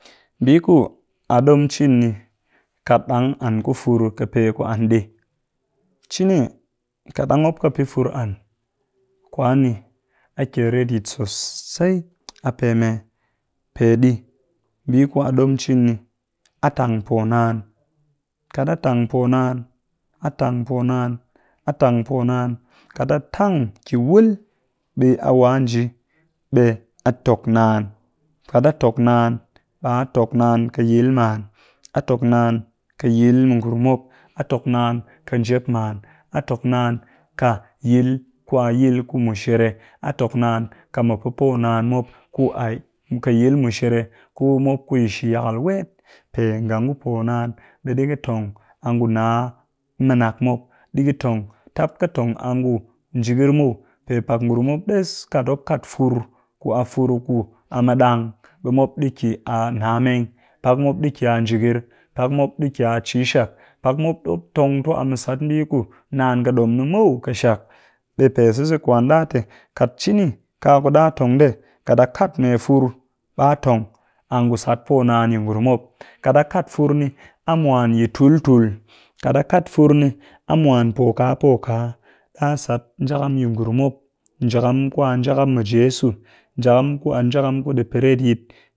Mbii ku a ɗom cin ni kat ɗang an ku fur ƙɨ pe ku a nɗii, cini kat ɗang mop ƙɨ pɨ fur an kwan ni a kyel retyit sosai, a pee mee? Peɗi mbii ku a ɗom cin ni, a tang poo naan kat a tang poo naan, a tang poo naa, a tang poo naan kat a tang ki wul ɓe a wa a nji ɓe a tok naan kat a tok naan, ɓe a tok naan ƙɨ yil maan, a tok naan ƙɨ yil mu ngurum mop, a tok naan ƙɨ njep man, a tok naan ƙɨ yil ku a yil mushere, a tok naan ƙɨ mu pɨ poo naan mop ku ƙɨ yil mushere ku mop ku shi-yakal wet, pe nga ngu poo naan, ɓe ɗi ka tong a ngu nna minak mop, ɗi ka tong tap ƙɨ tong a ngu njigir muw, pe pak ngurum mop ɗes kat mop kat fur ku fur ku ni a mɨ ɗang ɓe mop ɗii ki a nna meng pak mop ɗi ki a njigir, pak mop ɗi ki a cishak, pak mop ɗi tong tu a yi sat mbii ku naan ƙɨ ɗom ni muw ƙɨshak. Ɓe pe sise kwan ɗa te kat cini kaku ɗa tong ndee kat a kat mee fur ɓa tong a ngu sat poo naan yi ngurum mop, kat a kat fur ni a mwan yi tul-tul, kat a kat fur ni, a mwan po ka, po ka ɗa sat njakam yi ngurm mop njakam ku a njakam mɨ jeso, njakam ku a njakam ku ɗi pɨ retyit